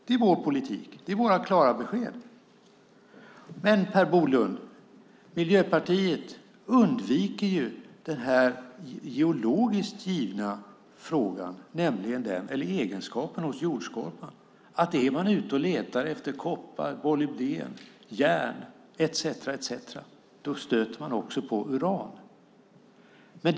Det är vår politik. Det är vårt klara besked. Miljöpartiet undviker den geologiskt givna egenskapen hos jordskorpan att om man letar efter koppar, molybden, järn etcetera stöter man också på uran.